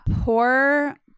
poor